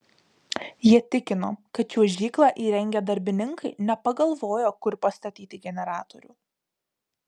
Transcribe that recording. jie tikino kad čiuožyklą įrengę darbininkai nepagalvojo kur pastatyti generatorių